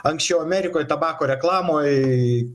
anksčiau amerikoj tabako reklamoj